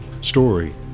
story